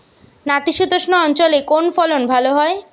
নাতিশীতোষ্ণ অঞ্চলে কোন ফসল ভালো হয়?